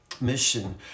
mission